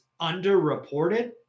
underreported